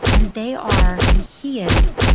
and they are, and he is,